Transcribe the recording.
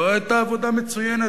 לא היתה עבודה מצוינת,